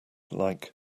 like